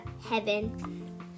heaven